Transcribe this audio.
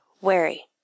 wary